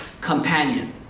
companion